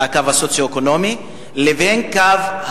בנוסף,